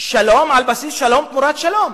שלום על בסיס שלום תמורת שלום.